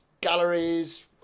galleries